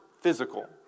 physical